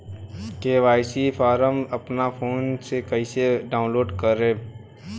KYC form अपना phone मे कइसे डाऊनलोड करेम?